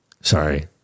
Sorry